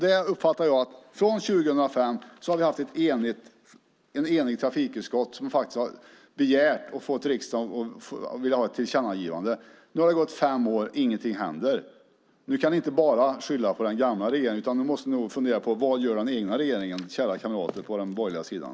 Jag uppfattar att vi från och med 2005 har haft ett enigt trafikutskott som har fått riksdagen att göra ett tillkännagivande. Nu har det gått fem år, och ingenting händer. Ni kan inte bara skylla på den gamla regeringen, utan nu måste ni nog fundera på vad den egna regeringen gör, kära kamrater på den borgerliga sidan.